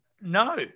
No